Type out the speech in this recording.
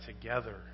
together